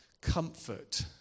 comfort